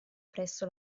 presso